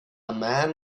man